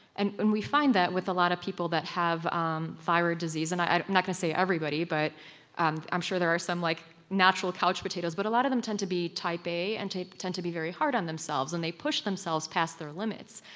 and and we find that with a lot of people that have um thyroid disease. and i'm not going to say everybody, but i'm i'm sure there are some like natural couch potatoes, but a lot of them tend to be type a and tend to be very hard on themselves, and they push themselves past their limits,